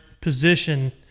position